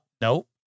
Nope